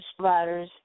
splatters